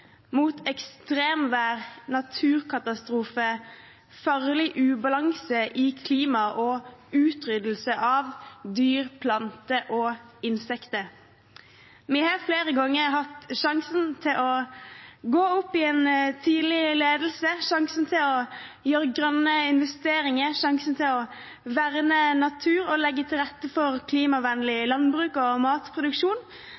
mot ekstremvær, naturkatastrofer, farlig ubalanse i klimaet og utryddelse av dyr, planter og insekter. Vi har flere ganger hatt sjansen til å gå opp i en tidlig ledelse, sjansen til å gjøre grønne investeringer, sjansen til å verne natur og legge til rette for